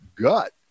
gut